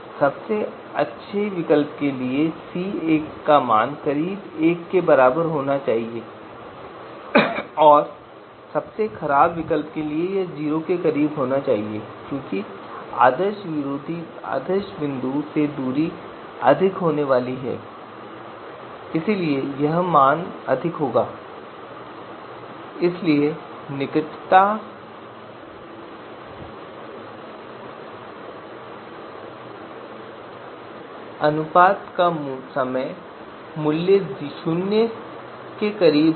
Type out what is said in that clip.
सबसे अच्छे विकल्प के लिए यह Ca मान 1 के करीब होने वाला है और सबसे खराब विकल्प के लिए यह मान 0 के करीब होने वाला है क्योंकि आदर्श बिंदु से दूरी अधिक होने वाली है और इसलिए हर का मान अधिक होगा और इसलिए निकटता अनुपात का समग्र मूल्य 0 के करीब होगा